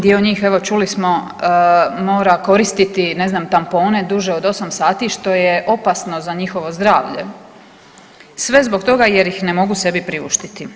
Dio njih evo čuli smo mora koristiti ne znam tampone duže od 8 sati što je opasno za njihovo zdravlje sve zbog toga jer ih ne mogu sebi priuštiti.